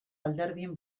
alderdien